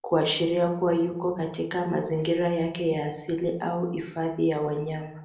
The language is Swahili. kuashiria kuwa yuko katika mazingira yake ya asili au hifadhi ya wanyama.